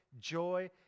joy